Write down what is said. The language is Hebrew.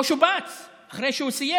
לא שובץ אחרי שהוא סיים.